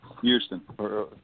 Houston